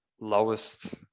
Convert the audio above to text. lowest